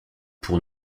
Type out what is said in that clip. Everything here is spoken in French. pour